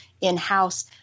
in-house